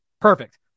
perfect